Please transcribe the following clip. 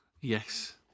Yes